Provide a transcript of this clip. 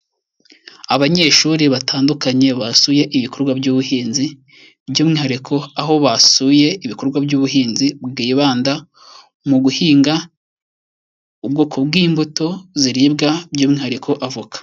Abanyeshuri batandukanye basuye ibikorwa by'ubuhinzi by'umwihariko aho basuye ibikorwa by'ubuhinzi bwibanda mu guhinga ubwoko bw'imbuto ziribwa by'umwihariko avoka.